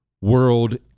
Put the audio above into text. world